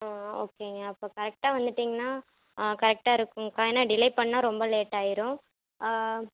ஆ ஓகேங்க அப்போ கரெக்ட்டாக வந்துட்டீங்கன்னா கரெகட்டாக இருக்குதுங்கக்கா ஏன்னா டிலே பண்ணால் ரொம்ப லேட்டாகிரும்